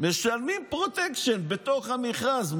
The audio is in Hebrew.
משלמים פרוטקשן בתוך המכרז.